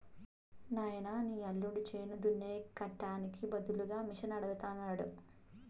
నాయనా నీ యల్లుడు చేను దున్నే కట్టానికి బదులుగా మిషనడగతండాడు